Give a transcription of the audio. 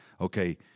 okay